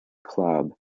club